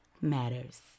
matters